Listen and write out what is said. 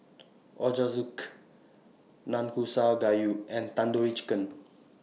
Ochazuke Nanakusa Gayu and Tandoori Chicken